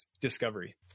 discovery